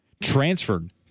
transferred